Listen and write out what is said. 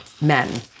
men